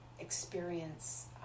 experience